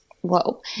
whoa